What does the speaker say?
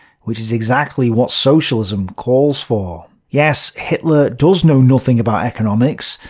which is exactly what socialism calls for. yes, hitler does know nothing about economics,